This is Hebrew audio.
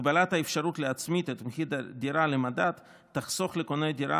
הגבלת האפשרות להצמיד את מחיר הדירה למדד תחסוך לקונה הדירה